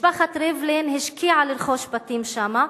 משפחת ריבלין השקיעה בלרכוש בתים שם,